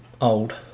old